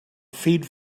feed